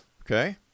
Okay